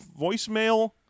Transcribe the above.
voicemail